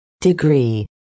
degree